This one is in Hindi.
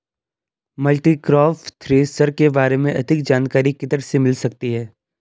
मल्टीक्रॉप थ्रेशर के बारे में अधिक जानकारी किधर से मिल सकती है?